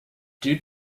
due